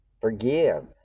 Forgive